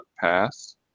Pass